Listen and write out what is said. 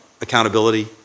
accountability